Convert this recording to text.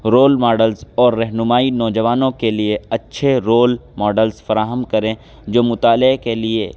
role models اور رہنمائی نوجوانوں کے لیے اچھے رول ماڈلس فراہم کریں جو مطالعے کے لیے